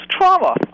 trauma